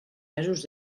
mesos